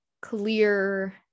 clear